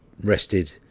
rested